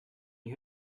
you